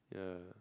yeah